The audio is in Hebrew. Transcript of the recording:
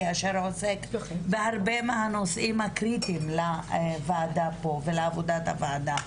אשר עוסק בהרבה מהנושאים הקריטיים לוועדה פה ולעבודת הוועדה,